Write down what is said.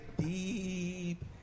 deep